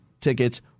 tickets